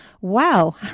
Wow